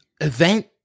event